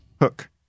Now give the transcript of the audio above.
Hook